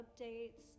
updates